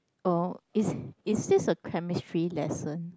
oh is is this a chemistry lesson